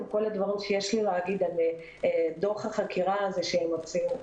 עם כל הדברים שיש לי להגיד על דוח החקירה הזה שהם הוציאו.